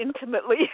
intimately